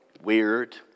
weird